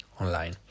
online